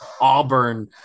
Auburn